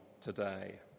today